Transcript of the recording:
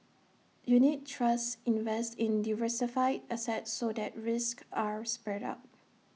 unit trusts invest in diversified assets so that risks are spread out